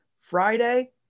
Friday